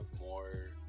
more